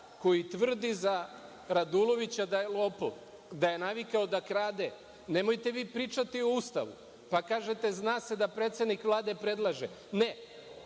koji tvrdi za Radulovića da je lopov, da je navikao da krade. Nemojte vi pričati o Ustavu, pa kažete – zna se da predsednik Vlade predlaže. Ne,